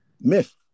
myth